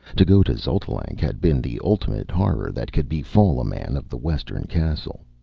to go to xotalanc had been the ultimate horror that could befall a man of the western castle.